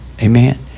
amen